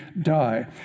die